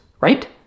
right